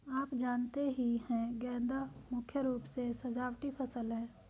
आप जानते ही है गेंदा मुख्य रूप से सजावटी फसल है